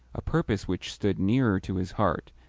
a purpose which stood nearer to his heart,